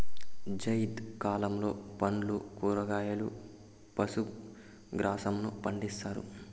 జైద్ కాలంలో పండ్లు, కూరగాయలు, పశు గ్రాసంను పండిత్తారు